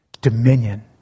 Dominion